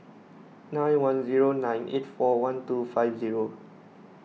nine one zero nine eight four one two five zero